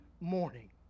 morning